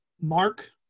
Mark